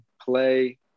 play